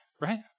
right